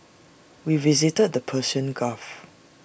we visited the Persian gulf